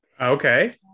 Okay